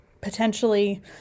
potentially